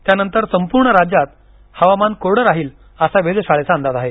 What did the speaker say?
त्यानंतर संपूर्ण राज्यात हवामान कोरडं राहील असा वेधशाळेचा अंदाज आहे